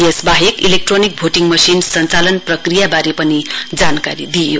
यसवाहेक electronic voting machine सञ्चालन प्रक्रियावारे पनि जानकारी दिइयो